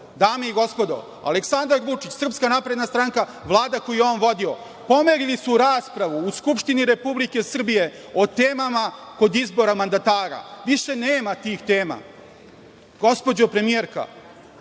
i gospodo, Aleksandar Vučić, Srpska napredna stranka, Vlada koju je on vodio, pomerili su raspravu u Skupštini Republike Srbije o temama kod izbora mandatara, više nema tih tema. Gospođo premijerka,